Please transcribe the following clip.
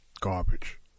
Garbage